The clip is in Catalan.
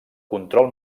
control